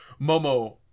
Momo